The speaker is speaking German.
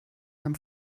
beim